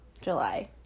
July